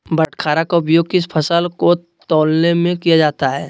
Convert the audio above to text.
बाटखरा का उपयोग किस फसल को तौलने में किया जाता है?